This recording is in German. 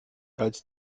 als